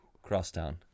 Crosstown